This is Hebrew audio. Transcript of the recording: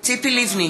ציפי לבני,